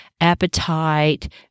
appetite